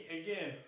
again